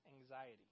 anxiety